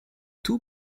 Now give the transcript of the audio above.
two